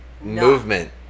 movement